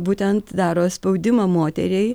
būtent daro spaudimą moteriai